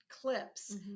clips